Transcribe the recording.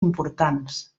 importants